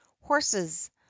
horses